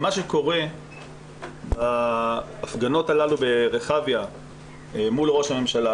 מה שקורה בהפגנות הללו ברחביה מול ראש הממשלה,